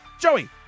Joey